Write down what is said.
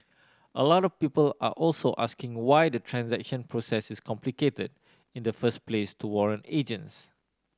a lot of people are also asking why the transaction process is complicated in the first place to warrant agents